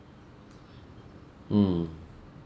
mm